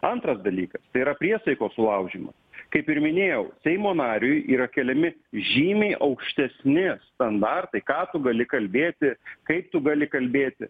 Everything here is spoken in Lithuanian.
antras dalykas tai yra priesaikos sulaužymas kaip ir minėjau seimo nariui yra keliami žymiai aukštesni standartai ką tu gali kalbėti kaip tu gali kalbėti